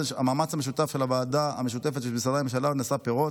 המאמץ המשותף של הוועדה המשותפת ושל משרדי הממשלה נשא פירות: